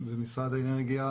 משרד האנרגיה